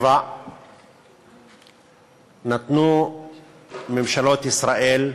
נתנו ממשלות ישראל,